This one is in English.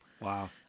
Wow